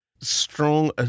Strong